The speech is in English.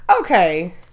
okay